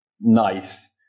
nice